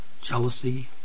jealousy